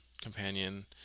companion